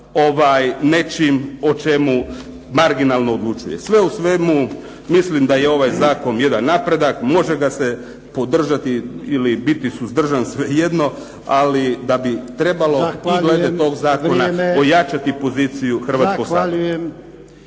nečim o čemu marginalno odlučuje. Sve u svemu mislim da je ovaj zakon jedan napredak, može ga se podržati ili biti suzdržan svejedno. Ali da bi trebalo .../Govornik se ne razumije./ ...